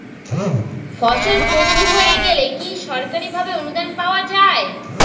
ফসল ক্ষতি হয়ে গেলে কি সরকারি ভাবে অনুদান পাওয়া য়ায়?